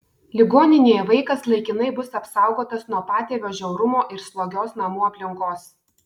ligoninėje vaikas laikinai bus apsaugotas nuo patėvio žiaurumo ir slogios namų aplinkos